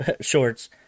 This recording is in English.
shorts